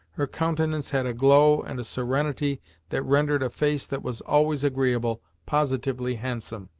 her countenance had a glow and serenity that rendered a face that was always agreeable, positively handsome.